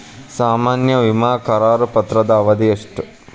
ಸಾಮಾನ್ಯ ವಿಮಾ ಕರಾರು ಪತ್ರದ ಅವಧಿ ಎಷ್ಟ?